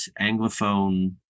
Anglophone